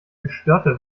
gestörte